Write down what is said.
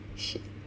shit